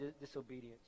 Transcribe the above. disobedience